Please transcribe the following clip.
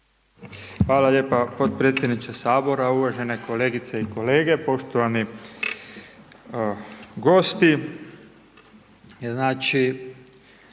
Hvala lijepa potpredsjedniče Sabora, uvažene kolegice i kolege, poštovani gosti.